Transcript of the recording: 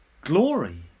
glory